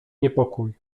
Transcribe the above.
niepokój